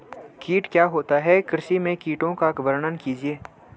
कीट क्या होता है कृषि में कीटों का वर्णन कीजिए?